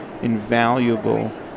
invaluable